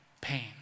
pain